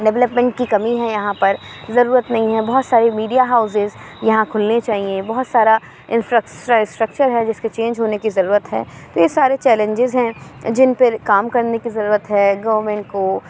development کی کمی ہے یہاں پر ضرورت نہیں ہے بہت سارے میڈیا ہاؤسیز یہاں کُھلنے چاہئیں بہت سارا انفرا سٹرکچر ہے جس کے چینج ہونے کی ضرورت ہے تو یہ سارے چیلینجز ہیں جن پہ کام کرنے کی ضرورت ہے گورنمنٹ کو